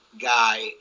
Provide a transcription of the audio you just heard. guy